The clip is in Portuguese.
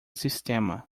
sistema